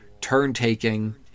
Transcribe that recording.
turn-taking